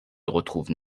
retrouvent